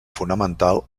fonamental